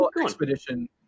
expedition